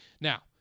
now